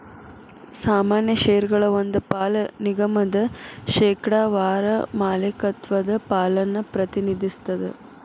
ಸಾಮಾನ್ಯ ಷೇರಗಳ ಒಂದ್ ಪಾಲ ನಿಗಮದ ಶೇಕಡಾವಾರ ಮಾಲೇಕತ್ವದ ಪಾಲನ್ನ ಪ್ರತಿನಿಧಿಸ್ತದ